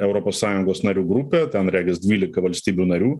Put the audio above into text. europos sąjungos narių grupė ten regis dvylika valstybių narių